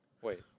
Wait